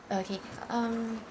okay um